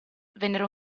vennero